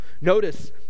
Notice